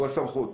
הוא הסמכות.